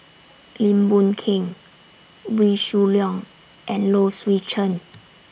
Lim Boon Keng Wee Shoo Leong and Low Swee Chen